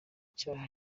cyaha